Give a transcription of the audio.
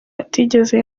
atigeze